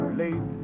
late